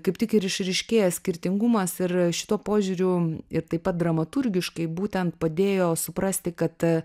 kaip tik ir išryškėja skirtingumas ir šituo požiūriu ir taip pat dramaturgiškai būtent padėjo suprasti kad